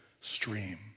stream